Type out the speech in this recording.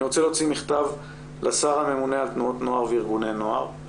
אני רוצה להוציא מכתב לשר הממונה על תנועות וארגוני הנוער,